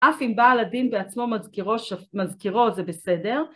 אף אם בעל הדין בעצמו מזכירו זה בסדר